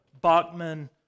Bachman